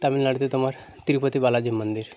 তামিলনাড়ুতে তোমার তিরুপতি বালাজীর মন্দির